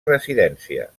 residència